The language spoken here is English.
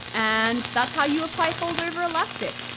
and that's how you apply fold-over elastic!